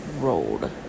Road